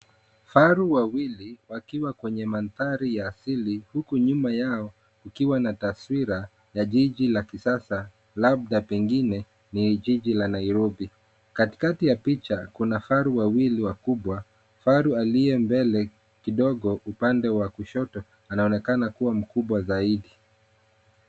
Faru wawili wakiwa kwenye mandhari ya asili huku nyuma yao kukiwa na taswira ya jiji la kisasa, labda pengine ni jiji la Nairobi. Katikati ya picha kuna faru wawili wakubwa. Faru aliye mbele kidogo upande wa kushoto anaonekana kuwa mkubwa zaidi.